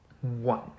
One